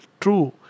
true